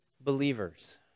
believers